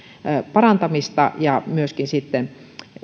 parantamista ja myöskin sitten